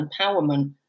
empowerment